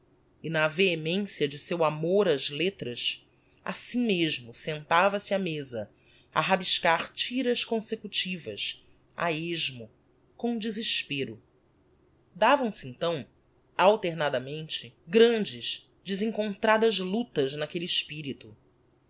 e na vehemencia de seu amor ás lettras assim mesmo sentava-se á mesa a rabiscar tiras consecutivas a esmo com desespero davam-se então alternadamente grandes desencontradas luctas n'aquelle espirito